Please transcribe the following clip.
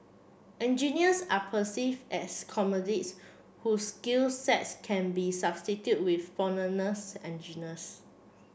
engineers are perceived as commodities whose skill sets can be substituted with foreigner's engineers